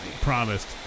promised